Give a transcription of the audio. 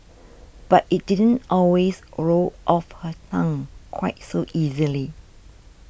but it didn't always roll off her tongue quite so easily